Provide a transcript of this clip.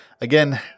Again